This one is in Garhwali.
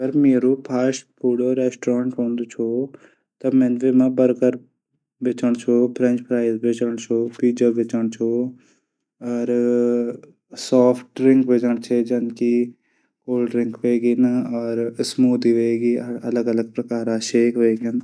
अगर मेरू फास्टफूड रेस्टोरेंट हूदू त मैने वैमा बर्गर बिचण छौ बंद बिचण छो। पीजा बिचण छौ सॉफट ड्रिंक बिचण छो जनकी कोल्ड-ड्रिंक जनकि स्मूदी वहगेया। अलग अलग प्रकार सेक हवगेन।